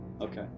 Okay